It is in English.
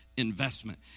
Investment